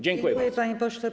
Dziękuję, panie pośle.